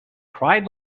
cried